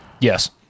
Yes